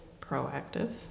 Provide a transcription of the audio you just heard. proactive